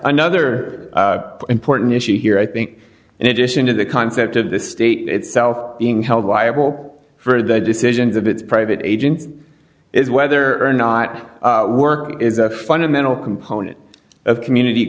another important issue here i think in addition to the concept of the state itself being held liable for the decisions of its private agent is whether or not work is a fundamental component of community